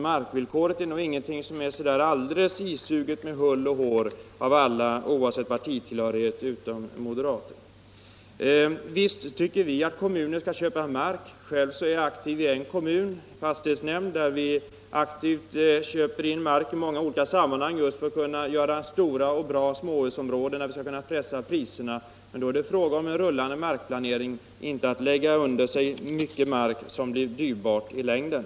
Markvillkoret är nog inte något som med hull och hår har accepterats av alla oavsett — Nr 28 partitillhörighet utom moderaterna. E Fredagen den Visst tycker vi att kommuner skall köpa mark. Själv är jag aktiv i 28 februari 1975 en kommunal fastighetsnämnd där vi köper in mark i olika sammanhang I just för att kunna göra stora och bra småhusområden där vi skall kunna Om principerna för pressa priserna. Men då är det fråga om en rullande markplanering och kommunernas inte om att lägga under sig mycket mark som blir dyrbar i längden.